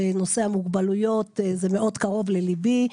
נושא המוגבלויות מאוד קרוב לליבי.